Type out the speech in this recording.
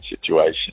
situation